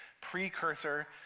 precursor